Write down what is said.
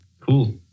Cool